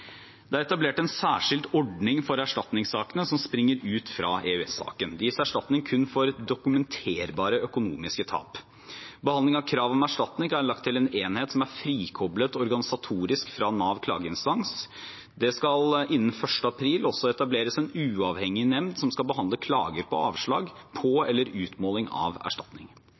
Det er etablert en særskilt ordning for erstatningssakene som springer ut fra EØS-saken. Det gis erstatning kun for dokumenterbare økonomiske tap. Behandling av krav om erstatning er lagt til en enhet som er frikoblet organisatorisk fra Nav klageinstans. Det skal innen 1. april også etableres en uavhengig nemnd som skal behandle klager på avslag på eller utmåling av erstatning.